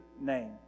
name